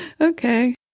Okay